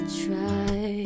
try